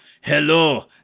hello